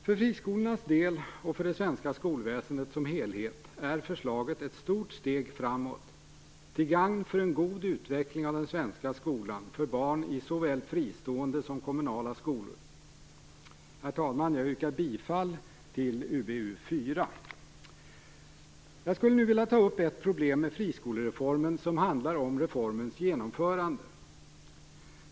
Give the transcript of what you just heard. För friskolornas del och för det svenska skolväsendet som helhet är förslaget ett stort steg framåt, till gagn för en god utveckling av den svenska skolan, för barn i såväl fristående som kommunala skolor. Herr talman! Jag yrkar bifall till utskottets förslag i UbU4. Jag skulle nu vilja ta upp ett problem med friskolereformen som handlar om reformens genomförande.